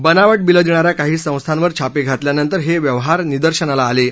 बनावट बिलं देणाऱ्या काही संस्थांवर छापे घातल्यानंतर हे व्यवहार निदर्शनाला आले आहेत